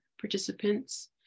participants